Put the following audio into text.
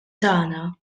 tagħna